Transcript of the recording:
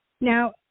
Now